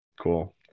cool